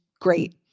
great